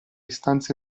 stanze